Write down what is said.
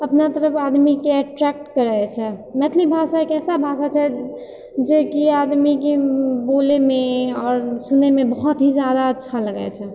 अपना तरफ आदमीके अट्रेक्ट करैत छै मैथिली भाषा एक ऐसा भाषा छै जे कि आदमीके बोलएमे आओर सुनएमे बहुत ही जादा अच्छा लगैत छै